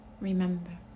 Remember